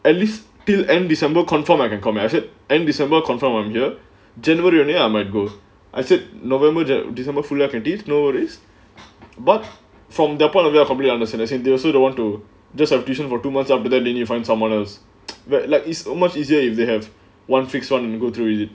at least till end december confirm I can come at it and december confirm I'm here january only I might go I said november to december for lucrative nowadays but from their point of view your probably understand they also don't want to just have tuition for two months after that didn't you find some owners where like it's much easier if they have one fixed one and go through with it